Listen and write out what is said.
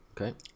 Okay